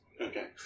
Okay